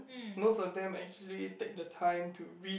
most of them actually take the time to read